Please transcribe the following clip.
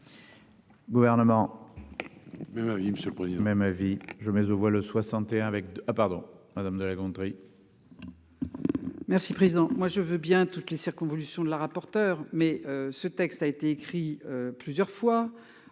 gouvernement. Oui oui oui. Monsieur le président. Même avis je mets aux voix le 61 avec, ah pardon madame de La Gontrie. Merci président. Moi je veux bien toutes les circonvolutions de la rapporteure. Mais ce texte a été écrit plusieurs fois,